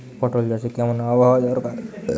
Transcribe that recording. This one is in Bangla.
পটল চাষে কেমন আবহাওয়া দরকার?